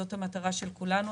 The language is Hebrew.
זאת המטרה של כולנו.